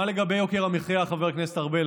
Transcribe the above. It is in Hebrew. מה לגבי יוקר המחיה, חבר כנסת ארבל?